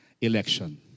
election